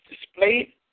displayed